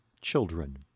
children